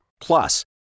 Plus